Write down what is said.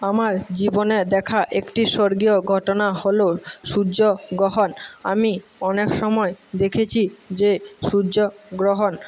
আমার জীবনে দেখা একটি স্বর্গীয় ঘটনা হল সূয্যগ্রহণ আমি অনেক সময় দেখেছি যে সূয্যগ্রহণ